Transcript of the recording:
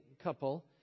couple